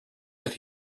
that